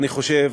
אני חושב,